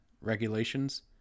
regulations